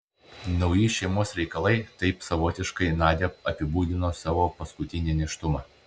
nauji šeimos reikalai taip savotiškai nadia apibūdino savo paskutinį nėštumą